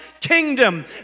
kingdom